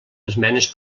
esmenes